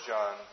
John